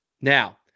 Now